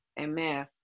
Amen